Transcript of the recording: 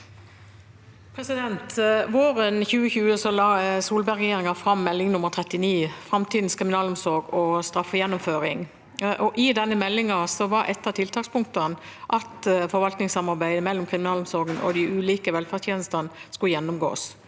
Våren 2021 la Solberg- regjeringen fram Meld. St. 39 for 2020–2021 om framti dens kriminalomsorg og straffegjennomføring. I denne meldingen var et av tiltakspunktene at forvaltningssamarbeidet mellom kriminalomsorgen og de ulike velferdstjenestene skulle gjennomgås.